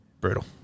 Brutal